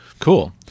Cool